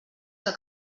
que